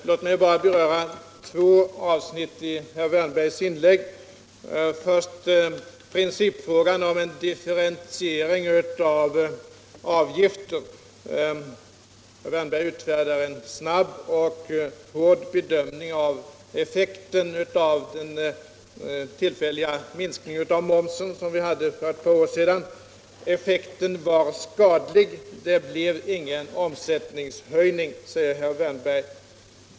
Herr talman! Låt mig beröra två avsnitt i herr Wärnbergs inlägg. När det först gäller principfrågan om differentiering av avgifter gör herr Wärnberg en snabb och hård bedömning av effekten av den tillfälliga minskningen av momsen för drygt ett år sedan. Effekten var skadlig; det blev ingen omsättningshöjning, säger herr Wärnberg.